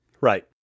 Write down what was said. Right